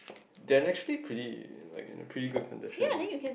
they actually predict in like in a pre good condition lah